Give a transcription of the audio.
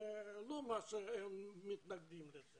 זה לא אומר שהם מתנגדים לזה.